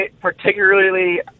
particularly